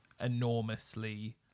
enormously